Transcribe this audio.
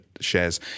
shares